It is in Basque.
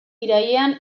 irailean